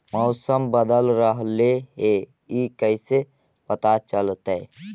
मौसम बदल रहले हे इ कैसे पता चलतै?